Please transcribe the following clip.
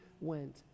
went